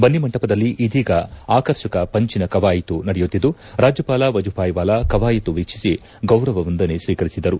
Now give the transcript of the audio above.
ಬನ್ನಿ ಮಂಟಪದಲ್ಲಿ ಇದೀಗ ಆಕರ್ಷಕ ಪಂಜಿನ ಕವಾಯಿತು ನಡೆಯುತ್ತಿದ್ದು ರಾಜ್ಞಪಾಲ ವಜುಭಾಯಿ ವಾಲಾ ಕವಾಯತು ವೀಕ್ಷಿಸಿ ಗೌರವ ವಂದನೆ ಸ್ವೀಕರಿಸಿದರು